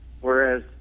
whereas